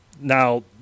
Now